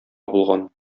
булган